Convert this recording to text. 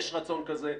יש רצון כזה,